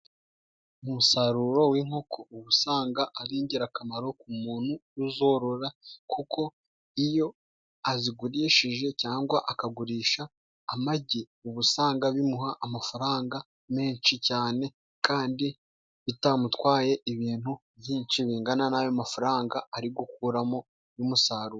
Umusaruro w'inkoko uba usanga ari ingirakamaro ku muntu uzorora kuko iyo azigurishije cyangwa akagurisha amagi uba usanga bimuha amafaranga menshi cyane Kandi bitamutwaye ibintu byinshi bingana n'ayo mafaranga ari gukuramo y'umusariro.